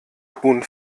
huhn